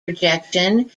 rejection